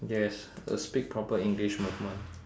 yes the speak proper english movement